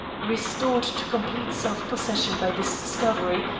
restored to complete self-possession by this discovery,